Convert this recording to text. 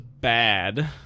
bad